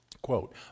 Quote